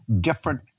different